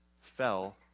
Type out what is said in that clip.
fell